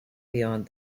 beyond